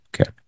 Okay